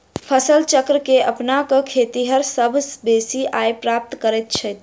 फसल चक्र के अपना क खेतिहर सभ बेसी आय प्राप्त करैत छथि